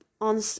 on